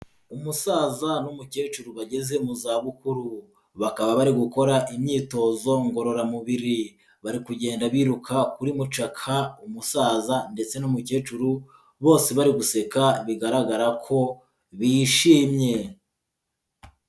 Umusaza n'umukecuru bageze mu zabukuru, bakaba bari gukora imyitozo ngororamubiri, bari kugenda biruka kuri mucaka, umusaza ndetse n'umukecuru bose bari guseka bigaragara ko bishimye.